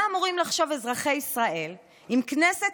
מה אמורים לחשוב אזרחי ישראל אם כנסת